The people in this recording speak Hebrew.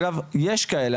אגב יש כאלה,